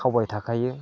खावबाय थाखायो